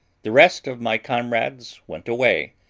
the rest of my comrades went away,